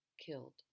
killed